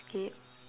skip